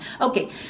Okay